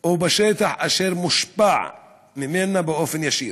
או בשטח אשר מושפע ממנה באופן ישיר,